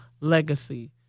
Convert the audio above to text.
legacy